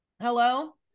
Hello